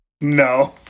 No